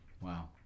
Wow